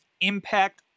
impact